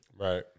Right